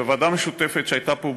בוועדה משותפת שהייתה פה,